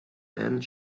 and